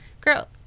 girl